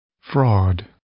fraud